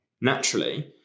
naturally